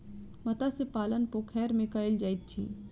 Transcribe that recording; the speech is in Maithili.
मत्स्य पालन पोखैर में कायल जाइत अछि